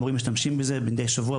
המורים משתמשים בזה מדי שבוע,